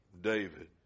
David